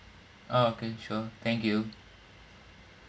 okay sure thank you